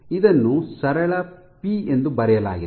ಇದನ್ನು ಸರಳ ಪಿ ಎಂದು ಬರೆಯಲಾಗಿದೆ